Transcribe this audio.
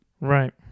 Right